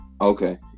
Okay